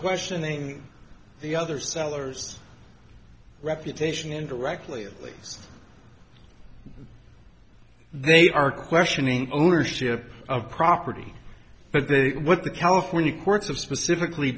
questioning the other sellers reputation indirectly they are questioning ownership of property but they what the california courts of specifically